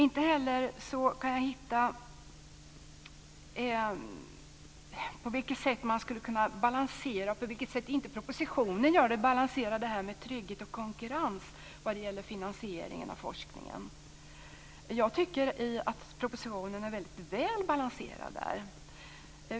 Inte heller kan jag se på vilket sätt propositionen inte balanserar detta med trygghet och konkurrens vad gäller finansieringen av forskningen. Jag tycker att propositionen är väldigt väl balanserad där.